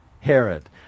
Herod